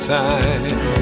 time